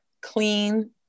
clean